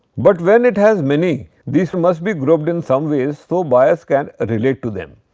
but when it has many these must be grouped in some ways. so, buyers can ah relate to them.